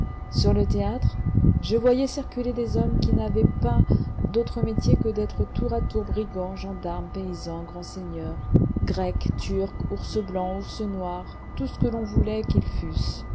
sur le théâtre je voyais circuler des hommes qui n'avaient pas d'autre métier que d'être tour à tour brigands gendarmes paysans grands seigneurs grecs turcs ours blancs ours noirs tout ce qu'on voulait qu'ils fussent